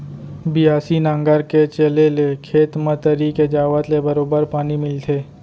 बियासी नांगर के चले ले खेत म तरी के जावत ले बरोबर पानी मिलथे